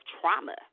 trauma